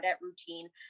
routine